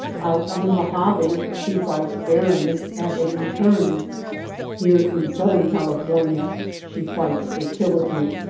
out on the mojave she fights barrenness at every turn here in southern california she fights fertility.